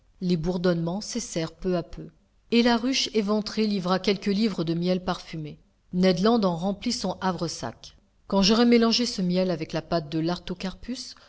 les bourdonnements cessèrent peu à peu et la ruche éventrée livra plusieurs livres d'un miel parfumé ned land en remplit son havresac quand j'aurai mélangé ce miel avec la pâte de